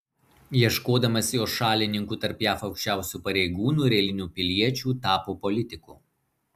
ieškodamas jos šalininkų tarp jav aukščiausių pareigūnų ir eilinių piliečių tapo politiku